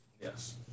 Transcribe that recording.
yes